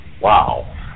Wow